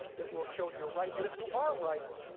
that will show you're right. and if you are right,